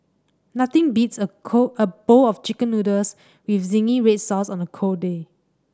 nothing beats a cold a bowl of Chicken Noodles with zingy red sauce on a cold day